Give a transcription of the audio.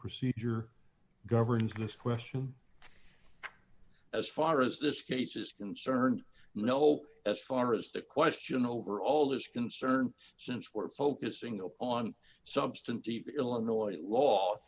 procedure governs this question as far as this case is concerned no as far as the question overall is concerned since we're focusing on substantive illinois law